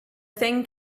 thing